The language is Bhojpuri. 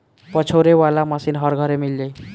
पछोरे वाला मशीन हर घरे मिल जाई